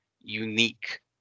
unique